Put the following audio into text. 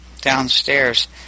downstairs